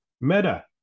Meta